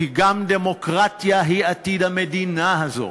כי גם דמוקרטיה היא עתיד המדינה הזאת.